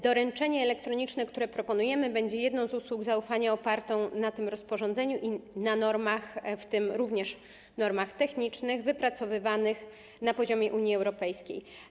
Doręczenie elektroniczne, które proponujemy, będzie jedną z usług zaufania, opartą na tym rozporządzeniu i na normach, w tym również normach technicznych, wypracowywanych na poziomie Unii Europejskiej.